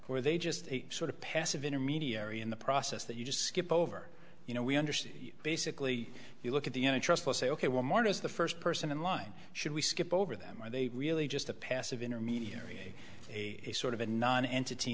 are they just sort of passive intermediary in the process that you just skip over you know we understand basically you look at the unit trust or say ok well marta is the first person in line should we skip over them are they really just a passive intermediary a sort of a non entity